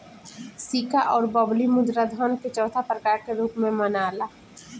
सिक्का अउर बबली मुद्रा धन के चौथा प्रकार के रूप में मनाला